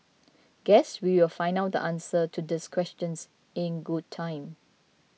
guess we will find out the answer to these questions in good time